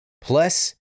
Plus